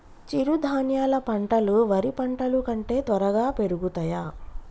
చిరుధాన్యాలు పంటలు వరి పంటలు కంటే త్వరగా పెరుగుతయా?